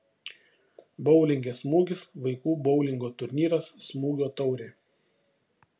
boulinge smūgis vaikų boulingo turnyras smūgio taurė